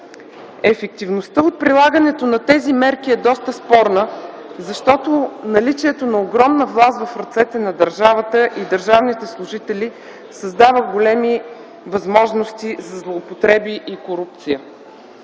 Ефективността от прилагането на тези мерки е доста спорна, защото наличието на огромна власт в ръцете на държавата и държавните служители създава големи възможности за злоупотреби и корупция.